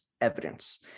evidence